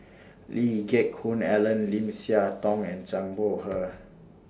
Lee Geck Hoon Ellen Lim Siah Tong and Zhang Bohe